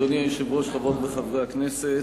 אדוני היושב-ראש, חברות וחברי הכנסת,